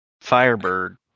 firebird